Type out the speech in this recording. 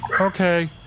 Okay